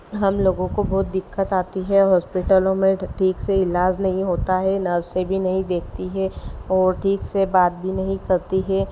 हमलोगों को बहुत दिक्कत आती है हॉस्पिटलों में ठीक से इलाज़ नहीं होता है नर्सें भी नहीं देखती हैं और ठीक से बात भी नहीं करती हैं